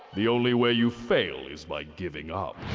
the only way you fail is by giving up.